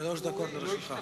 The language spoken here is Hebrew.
שלוש דקות לרשותך.